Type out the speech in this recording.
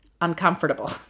uncomfortable